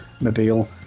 mobile